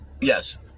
yes